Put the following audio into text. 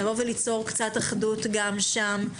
ליצור קצת אחדות גם שם,